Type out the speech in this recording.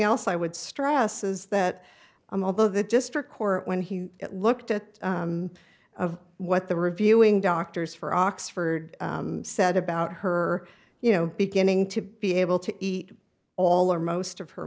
else i would stress is that although the district court when he looked at of what the reviewing doctors for oxford said about her you know beginning to be able to eat all or most of her